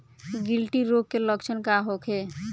गिल्टी रोग के लक्षण का होखे?